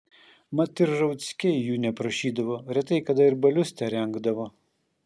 mat ir rauckiai jų neprašydavo retai kada ir balius terengdavo